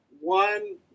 One